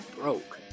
broke